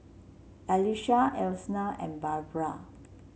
Alesha Elna and Barbra